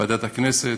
בוועדת הכנסת,